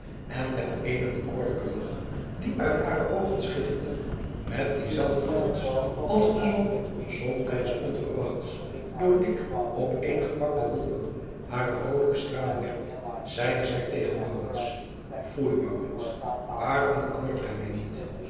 en met eenen bekoorlijken lach die uit hare oogen schitterde met dien zelfden glans als de zon somtijds onverwachts door dik op een gepakte wolken hare vrolijke stralen werpt zeide zij tegen oei waarom beknort gij mii niet